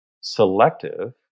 selective